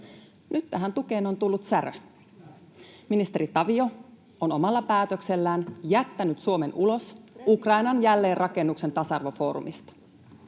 Nyt tähän tukeen on tullut särö. Ministeri Tavio on omalla päätöksellään jättänyt Suomen ulos Ukrainan jälleenrakennuksen tasa-arvofoorumista.